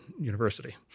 university